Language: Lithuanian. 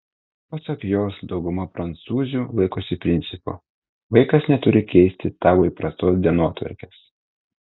pasak jos dauguma prancūzių laikosi principo vaikas neturi keisti tavo įprastos dienotvarkės